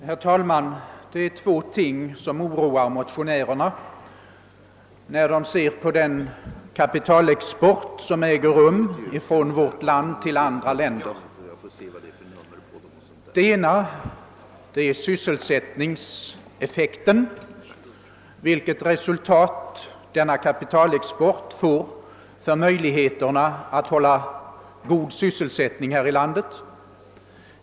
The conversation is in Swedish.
Herr talman! Det är två ting som oroar motionärerna när de ser på den kapitalexport som äger rum från vårt land till andra länder. Det ena är sysselsättningseffekten — vilket resultat denna kapitalexport får för möjligheterna att hålla god sysselsättning här i landet.